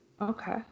Okay